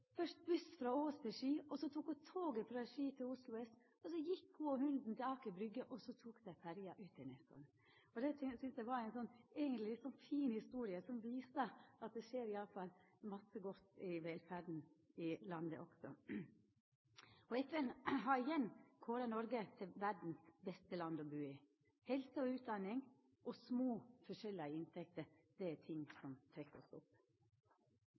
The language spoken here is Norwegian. først buss frå Ås til Ski, og så tok ho toget til Oslo S. Så gjekk ho og hunden til Aker Brygge, og så tok dei ferja ut til Nesodden. Dette synest eg eigentleg er ei fin historie som viser at det i alle fall skjer mykje godt i velferda i landet også. FN har igjen kåra Noreg til verdas beste land å bu i. Helse og utdanning og små forskjellar i inntekt er ting som trekkjer oss opp.